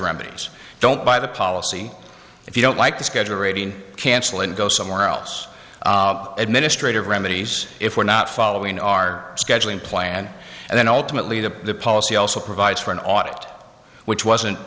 remedies don't buy the policy if you don't like the schedule rating cancel and go somewhere else administrative remedies if we're not following our scheduling plan and then ultimately the policy also provides for an audit which wasn't